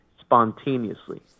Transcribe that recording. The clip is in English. spontaneously